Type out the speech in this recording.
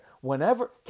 Whenever